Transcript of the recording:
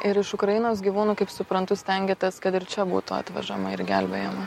ir iš ukrainos gyvūnų kaip suprantu stengiatės kad ir čia būtų atvežama ir gelbėjama